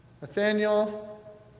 Nathaniel